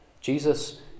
Jesus